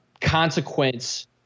consequence